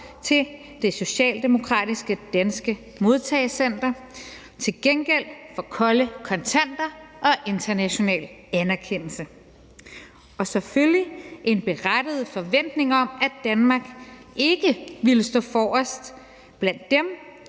til det socialdemokratiske danske modtagecenter til gengæld for kolde kontanter og international anerkendelse og selvfølgelig en berettiget forventning om, at Danmark ikke ville stå forrest blandt dem,